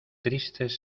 tristes